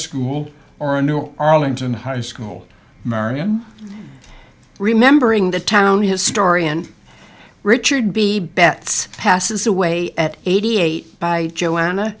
school or a new arlington high school marian remembering the town historian richard b betts passes away at eighty eight by joanna